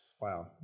Wow